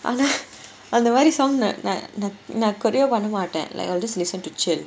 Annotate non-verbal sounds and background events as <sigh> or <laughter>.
an~ <laughs> அந்த மாரி:antha maari song choreography பண்ண மாட்டேன்:panna maattaen like I'll just listen to chill